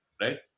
Right